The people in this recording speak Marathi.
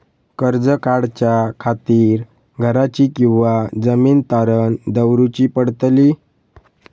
कर्ज काढच्या खातीर घराची किंवा जमीन तारण दवरूची पडतली?